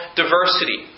diversity